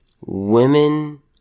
Women